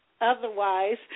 otherwise